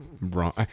wrong